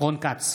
רון כץ,